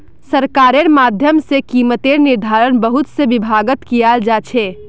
सरकारेर माध्यम से कीमतेर निर्धारण बहुत से विभागत कियाल जा छे